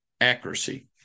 accuracy